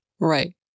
Right